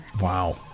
Wow